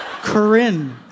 Corinne